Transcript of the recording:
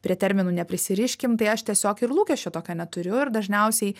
prie terminų neprisiriškim tai aš tiesiog ir lūkesčio tokio neturiu ir dažniausiai